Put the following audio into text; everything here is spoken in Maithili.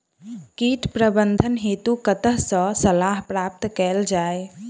कीट प्रबंधन हेतु कतह सऽ सलाह प्राप्त कैल जाय?